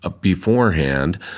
beforehand